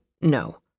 No